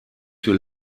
für